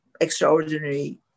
extraordinary